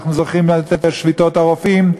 אנחנו זוכרים את שביתות הרופאים.